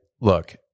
look